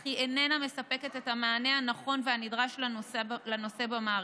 אך היא איננה מספקת את המענה הנכון והנדרש לנושא במערכת.